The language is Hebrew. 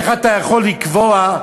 איך אתה יכול לקבוע,